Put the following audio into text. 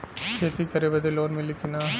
खेती करे बदे लोन मिली कि ना?